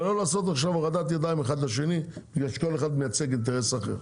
ולא לעשות עכשיו הורדת ידיים אחד לשני בגלל שכל אחד מייצג אינטרס אחר.